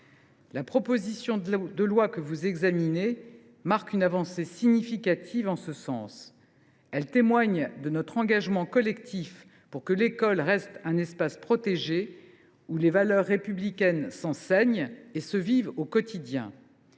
La proposition de loi que vous examinez représente une avancée significative en ce sens. Elle témoigne de notre engagement collectif pour que l’école reste un espace protégé, où les valeurs républicaines s’enseignent et se vivent au quotidien.